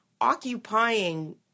occupying